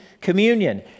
communion